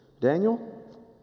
Daniel